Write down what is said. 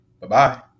Bye-bye